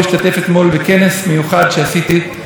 לכבוד ירושלים המאוחדת והמאחדת.